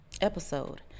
episode